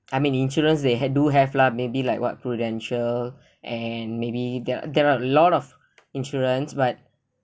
I mean insurance they had do have lah maybe like what prudential and maybe there're there are a lot of insurance but